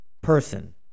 person